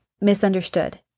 misunderstood